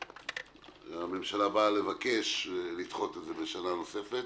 הממשלה באה לבקש לדחות את זה בשנה נוספת